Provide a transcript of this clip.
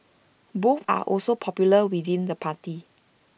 both are also popular within the party